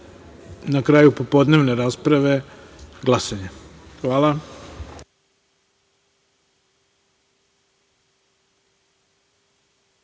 na kraju popodnevne rasprave glasanje. Hvala.